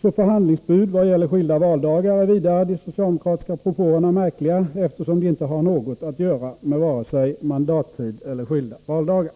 Som förhandlingsbud vad gäller skilda valdagar är vidare de socialdemokratiska propåerna märkliga, eftersom de inte har något att göra vare sig med mandattid eller med skilda valdagar.